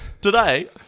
Today